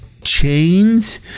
chains